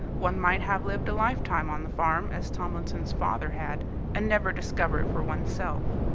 one might have lived a lifetime on the farm, as tomlinson's father had, and never discover it for one's self.